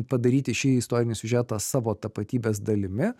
padaryti šį istorinį siužetą savo tapatybės dalimi